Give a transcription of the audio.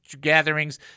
gatherings